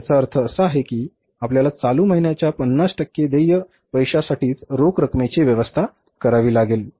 तर याचा अर्थ असा आहे की आपल्याला चालू महिन्याच्या 50 टक्के देय पैशासाठीच रोख रकमेची व्यवस्था करावी लागेल